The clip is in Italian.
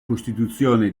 costituzione